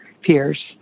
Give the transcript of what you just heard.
peers